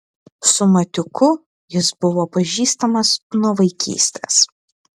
su matiuku jis buvo pažįstamas nuo vaikystės